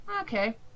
Okay